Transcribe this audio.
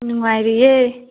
ꯅꯨꯡꯉꯥꯏꯔꯤꯌꯦ